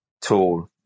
tool